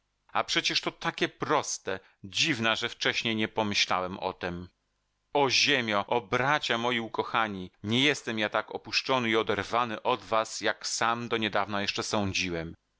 a przecież to takie proste dziwna że wcześniej nie pomyślałem o tem o ziemio o bracia moi ukochani nie jestem ja tak opuszczony i oderwany od was jak sam do niedawna jeszcze sądziłem